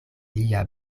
lia